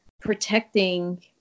protecting